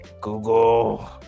google